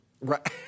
Right